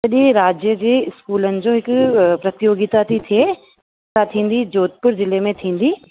सॼे राज्य जी इस्कूलनि जो हिकु प्रतियोगिता थी थिए जेका थींदी जोधपुर जिले में थींदी